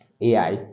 AI